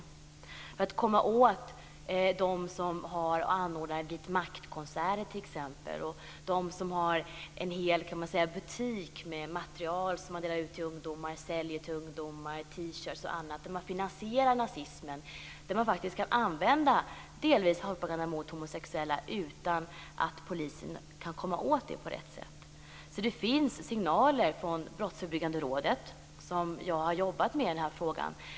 Det är en brist t.ex. när det gäller att komma åt dem som anordnar vit makt-konserter och dem som har en hel butik med material som de distribuerar och säljer till ungdomar, T-shirtar och annat. När man finansierar nazismen kan man faktiskt delvis använda hatpropaganda mot homosexuella utan att polisen kan komma åt det på rätt sätt. Det finns signaler från t.ex. Brottsförebyggande rådet, som jag har jobbat med i den här frågan.